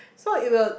so it will